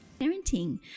Parenting